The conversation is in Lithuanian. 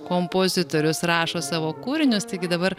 kompozitorius rašo savo kūrinius taigi dabar